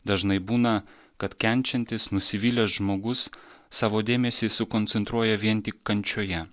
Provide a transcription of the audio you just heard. dažnai būna kad kenčiantis nusivylęs žmogus savo dėmesį sukoncentruoja vien tik kančioje